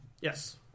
Yes